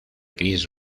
gris